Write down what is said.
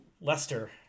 Lester